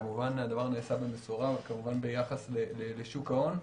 כמובן שהדבר נעשה במשורה וכמובן ביחס לשוק ההון.